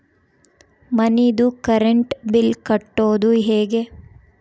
ಮನಿದು current bill ಕಟ್ಟೊದು ಹೇಗೆ?